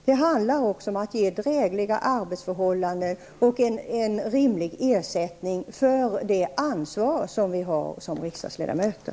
Det handlar också om att ge drägliga arbetsförhållanden och en rimlig ersättning för det ansvar som vi har som riksdagsledamöter.